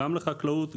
גם לחקלאות,